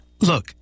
look